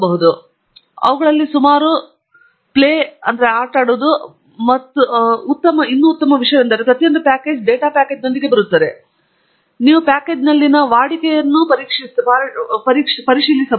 ಅನೇಕ ಪ್ಯಾಕೇಜುಗಳು ಅವುಗಳಲ್ಲಿ ಸುಮಾರು ಪ್ಲೇ ಮತ್ತು ಇತರ ಉತ್ತಮ ವಿಷಯವೆಂದರೆ ಪ್ರತಿಯೊಂದು ಪ್ಯಾಕೇಜ್ ಡೇಟಾ ಪ್ಯಾಕೇಜ್ನೊಂದಿಗೆ ಬರುತ್ತದೆ ಮತ್ತು ನೀವು ಪ್ಯಾಕೇಜಿನಲ್ಲಿನ ವಾಡಿಕೆಯ ಪರೀಕ್ಷೆಯನ್ನು ಪರಿಶೀಲಿಸಬಹುದು